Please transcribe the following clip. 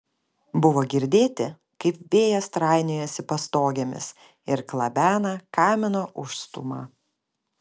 buvo girdėti kaip vėjas trainiojasi pastogėmis ir klabena kamino užstūmą